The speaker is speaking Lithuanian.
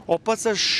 o pats aš